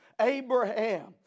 Abraham